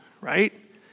right